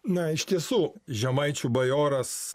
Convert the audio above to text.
na iš tiesų žemaičių bajoras